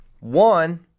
One